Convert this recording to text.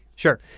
Sure